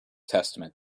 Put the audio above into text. testament